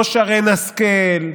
לא שרן השכל,